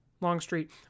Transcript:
Longstreet